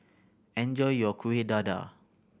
enjoy your Kueh Dadar